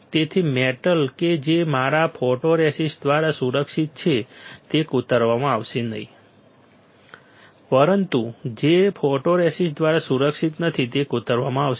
તેથી મેટલ કે જે મારા ફોટોરેસિસ્ટ દ્વારા સુરક્ષિત છે તે કોતરવામાં આવશે નહીં પરંતુ જે મેટલ ફોટોરેસિસ્ટ દ્વારા સુરક્ષિત નથી તે કોતરવામાં આવશે